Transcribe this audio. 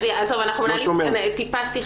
אנחנו מנהלים כאן שיח